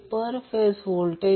तर येथे या फेजसाठी VANIa असेल